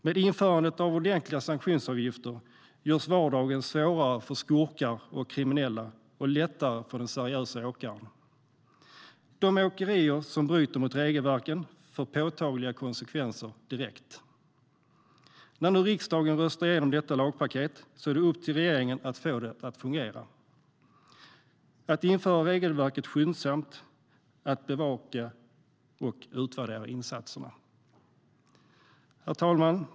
Med införande av ordentliga sanktionsavgifter görs vardagen svårare för skurkar och kriminella och lättare för seriösa åkare. För de åkerier som bryter mot regelverken blir det påtagliga konsekvenser direkt. När riksdagen har röstat om detta lagpaket är det upp till regeringen att få detta att fungera - att införa regelverket skyndsamt, att bevaka och att utvärdera insatserna. Herr talman!